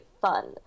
fun